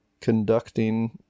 conducting